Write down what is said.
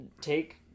take